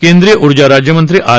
केंद्रीय ऊर्जा राज्यमंत्री आर